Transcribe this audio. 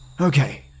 Okay